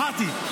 אמרתי,